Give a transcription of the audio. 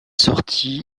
sorti